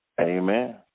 Amen